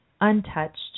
untouched